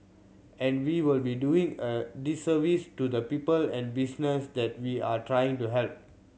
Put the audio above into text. and we will be doing a disservice to the people and business that we are trying to help